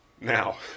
now